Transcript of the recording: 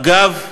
אגב,